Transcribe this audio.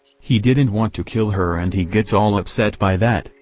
he didn't want to kill her and he gets all upset by that,